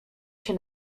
się